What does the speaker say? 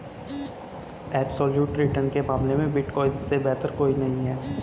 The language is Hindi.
एब्सोल्यूट रिटर्न के मामले में बिटकॉइन से बेहतर कोई नहीं है